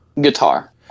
Guitar